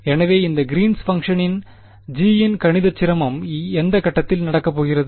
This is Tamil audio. எனவே இந்த கிரீன்ஸ் பங்க்ஷனின் G இன் கணித சிரமம் எந்த கட்டத்தில் நடக்கப்போகிறது